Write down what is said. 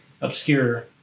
obscure